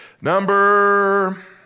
Number